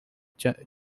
changed